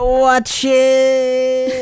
watching